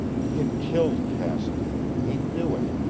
he had killed cassidy. he knew it.